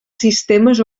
sistemes